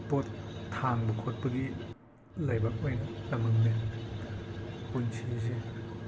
ꯄꯣꯠ ꯊꯥꯡꯕ ꯈꯣꯠꯄꯒꯤ ꯂꯥꯏꯕꯛ ꯑꯣꯏꯅ ꯇꯝꯂꯝꯃꯦ ꯄꯨꯟꯁꯤꯁꯦ